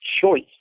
choice